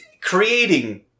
creating